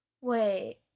wait